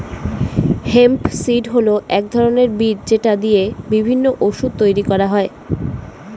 hemp seed হল এক ধরনের বীজ যেটা দিয়ে বিভিন্ন ওষুধ তৈরি করা হয়